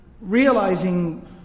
realizing